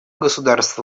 государств